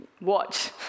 Watch